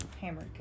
hammer